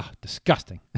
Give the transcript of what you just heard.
Disgusting